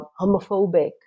homophobic